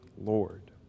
Lord